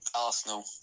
Arsenal